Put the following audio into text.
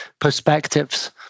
perspectives